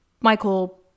Michael